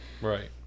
right